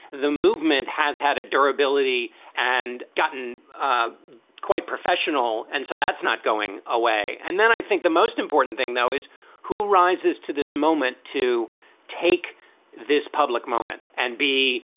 the movement has had a durability and gotten ah quite professional. and so that's not going away. and then i think the most important thing, though, is who rises to this moment to take this public moment and b,